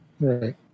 Right